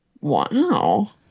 Wow